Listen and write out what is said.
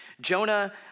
Jonah